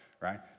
right